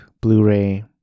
Blu-ray